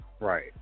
Right